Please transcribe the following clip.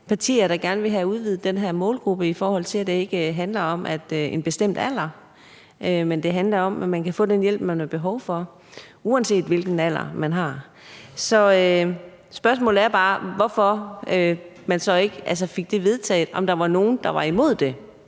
alle sammen gerne vil have udvidet den her målgruppe i forhold til, at det ikke handler om en bestemt alder, men om, at man kan få den hjælp, man har behov for, uanset hvilken alder man har. Så spørgsmålet er bare, hvorfor man så ikke fik det vedtaget, og om der var nogen, der var imod det.